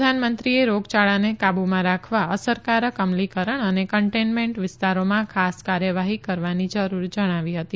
પ્રધાનમંત્રીએ રોગયાળાને કાબુમાં રાખવા અસરકારક અમલીકરણ અને કન્ટેન્મેન્ટ વિસ્તારોમાં ખાસ કાર્યવાઠી કરવાની જરૂર જણાવી હતી